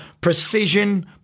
Precision